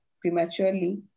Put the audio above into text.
prematurely